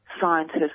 scientists